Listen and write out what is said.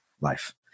life